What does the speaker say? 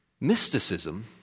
Mysticism